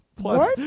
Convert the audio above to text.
Plus